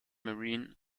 marine